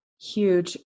Huge